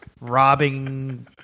robbing